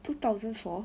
two thousand four